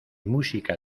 música